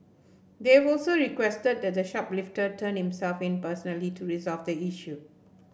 they've also requested that the shoplifter turn himself in personally to resolve the issue